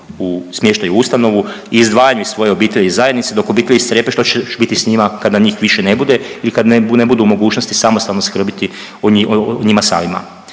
u smještaj u ustanovu i izdvajanju iz svoje obitelji i zajednice dok obitelji strepe što će biti s njima kada njih više ne bude ili kad ne budu u mogućnosti samostalno skrbiti o njima samima.